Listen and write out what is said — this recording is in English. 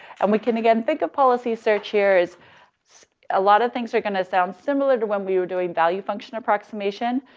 and we can again think of policy search here as a lot of things are gonna sound similar to when we were doing value function approximation.